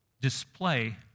display